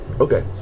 Okay